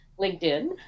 LinkedIn